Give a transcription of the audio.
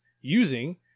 using